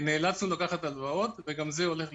נאלצנו לקחת הלוואות וגם זה הולך להיגמר.